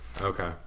Okay